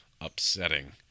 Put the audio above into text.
upsetting